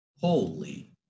Holy